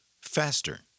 faster